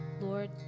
Lord